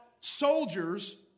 soldiers